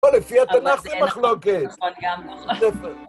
לא, לפי התנ"ך זה מחלוקת. -נכון, גם. -יפה